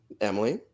Emily